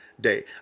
day